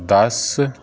ਦੱਸ